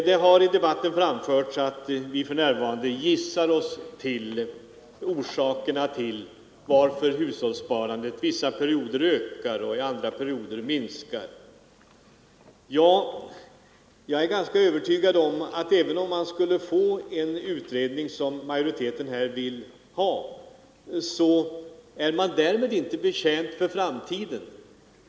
Det har i debatten anförts att vi för närvarande gissar oss till orsakerna till att hushållssparandet under vissa perioder ökar och under andra perioder minskar. Jag är ganska säker på att även om man skulle få en utredning, som majoriteten i utskottet här vill ha, så är man därmed inte betjänt för framtiden.